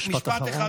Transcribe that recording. אמרת משפט אחרון.